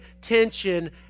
tension